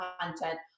content